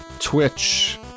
Twitch